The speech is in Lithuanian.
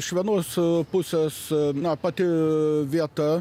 iš vienos pusės na pati vieta